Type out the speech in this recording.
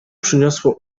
przyniosło